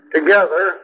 Together